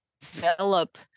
develop